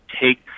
take